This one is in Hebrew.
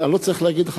אני לא צריך להגיד לך,